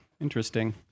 Interesting